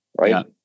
right